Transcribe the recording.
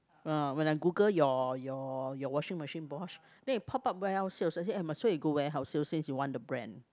ah when I Google your your your washing machine Bosch then it pop up warehouse sale I say might as well you go warehouse sales since you want the brand